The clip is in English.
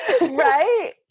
Right